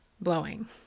blowing